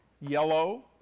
yellow